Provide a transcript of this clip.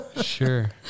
sure